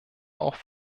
auch